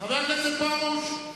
חבר הכנסת פרוש.